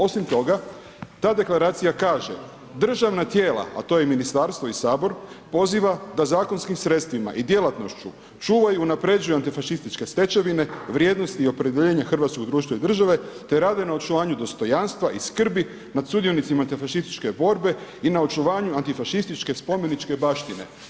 Osim toga ta deklaracija kaže „Državna tijela, a to je ministarstvo i Sabor, poziva da zakonskim sredstvima i djelatnošću čuva i unapređuje antifašističke stečevine, vrijednosti i opredjeljenja hrvatskog društva i države te rada ne očuvanju dostojanstva i skrbi nad sudionicima antifašističke borbe i na očuvanju antifašističke spomeničke baštine“